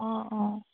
অঁ অঁ